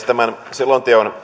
tämän selonteon